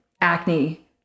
acne